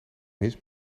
mis